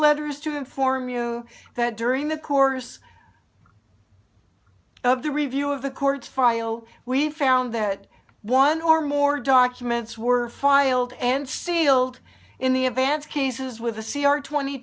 letter is to inform you that during the course of the review of the court file we found that one or more documents were filed and sealed in the advanced cases with a c r twenty